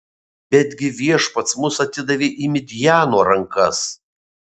betgi viešpats mus atidavė į midjano rankas